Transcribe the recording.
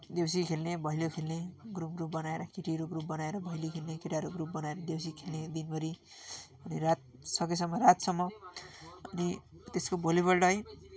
देउसी खेल्ने भैलो खेल्ने ग्रुप ग्रुप बनाएर केटीहरू ग्रुप बनाएर भैली खेल्ने केटाहरू ग्रुप बनाएर देउसी खेल्ने दिनभरि अनि रात सकेसम्म रातसम्म अनि त्यसको भोलिपल्टै